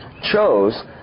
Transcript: chose